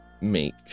make